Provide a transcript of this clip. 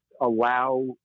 allow